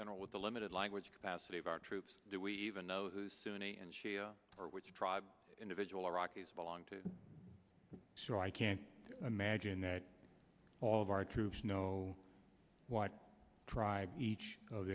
general with the limited language capacity of our troops do we even know the sunni and shia or which tribe individual iraqis belong to so i can't imagine that all of our troops know what each of